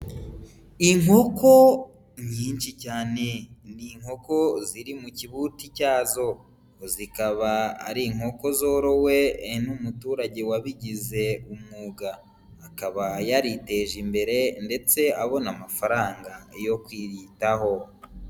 Inkoko nyinshi cyane, ni inkoko ziri mu kibuti cyazo, zikaba ari inkoko zorowe n'umuturage wabigize umwuga, akaba yariteje imbere ndetse abona amafaranga yo kwiyitaho.